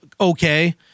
okay